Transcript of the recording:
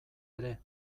ere